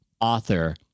author